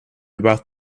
about